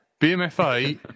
BMFA